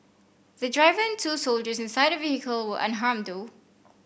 the driver and two soldiers inside the vehicle were unharmed though